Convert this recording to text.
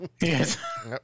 Yes